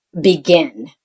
begin